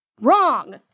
Wrong